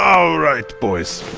all right, boys